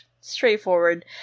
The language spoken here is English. straightforward